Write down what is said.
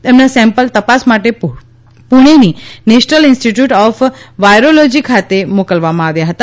તેમના સેમ્પલ તપાસ માટે પુણેની નેશનલ ઇન્સ્ટિટ્યૂટ ઓફ વાઇરોલેજી ખાતે મોકલવામાં આવ્યા હતા